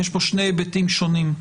יש פה שני היבטים שונים.